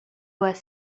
was